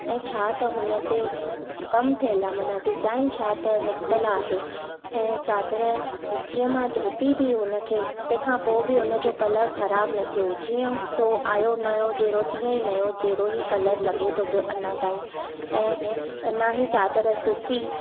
ऐं छा त हुन ते कमु थियलु आहे माना डिज़ाइन छा त निकितल आहे ऐं चादर जीअं मां धोती बि हुनखे तंहिं खां पोइ बि हुनजो कलर ख़राबु न थियो जीअं सो आयो नओं जहिड़ो तीअं ई नओं जहिड़ो ई कलर लॻे थो पियो अञा ताईं ऐं न ही चादर सुसी